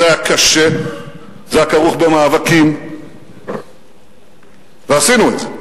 זה היה קשה, זה היה כרוך במאבקים, ועשינו את זה.